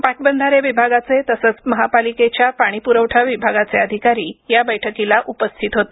पाटबंधारे विभागाचे तसंच महापालिकेच्या पाणी पुरवठा विभागाचे अधिकारी या बैठकीला उपस्थित होते